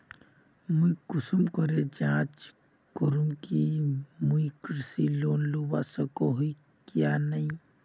मुई कुंसम करे जाँच करूम की मुई कृषि लोन लुबा सकोहो ही या नी?